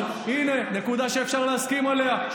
אבל הינה נקודה שאפשר להסכים עליה.